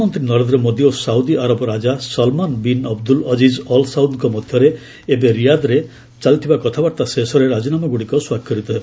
ପ୍ରଧାନମନ୍ତ୍ରୀ ନରେନ୍ଦ୍ର ମୋଦୀ ଓ Saudi Arab ରାଜା Salman bin Abdul Aziz Al ସାଉଦ୍ଙ୍କ ମଧ୍ୟରେ ଏବେ ରିୟାଦ୍ରେ ଚାଲିଥିବା କଥାବାର୍ତ୍ତା ଶେଷରେ ରାଜିନାମାଗୁଡ଼ିକ ସ୍ୱାକ୍ଷରିତ ହେବ